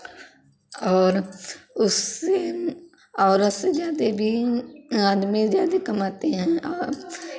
और उससे औरत से ज़्यादे भी आदमी ज़्यादे कमाते हैं